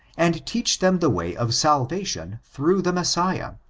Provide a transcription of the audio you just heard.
and teach them the way of salvation through the messiah,